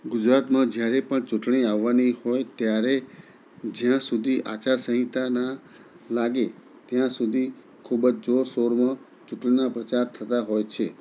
ગુજરાતમાં જ્યારે પણ ચૂંટણી આવવાની હોય ત્યારે જ્યાં સુધી આચારસંહિતા ના લાગે ત્યાં સુધી ખૂબ જ જોર શોરમાં ચૂંટણીના પ્રચાર થતા હોય છે